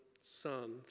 son